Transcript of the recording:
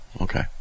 Okay